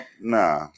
nah